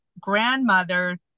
grandmother